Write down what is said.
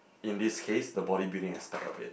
in this case the bodybuilding aspect of it